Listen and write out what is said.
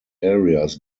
areas